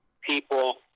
People